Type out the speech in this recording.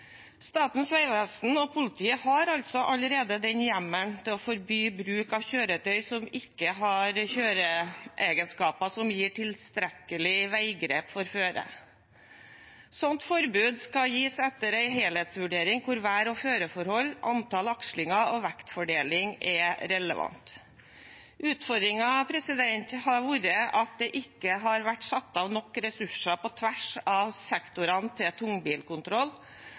Statens vegvesen og politiet har altså allerede den hjemmelen til å forby bruk av kjøretøy som ikke har kjøreegenskaper som gir tilstrekkelig veigrep for føret. Et sånt forbud skal gis etter en helhetsvurdering hvor vær og føreforhold, antall akslinger og vektfordeling er relevant. Utfordringen har vært at det ikke har vært satt av nok ressurser på tvers av sektorene til tungbilkontroll,